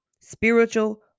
spiritual